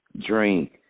drink